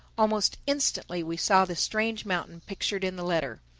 almost instantly we saw the strange mountain pictured in the letter.